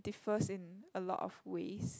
differs in a lot of ways